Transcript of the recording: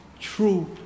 true